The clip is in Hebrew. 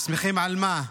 שמחים על מה?